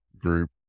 group